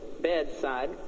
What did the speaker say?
bedside